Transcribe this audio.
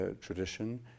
tradition